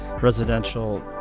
residential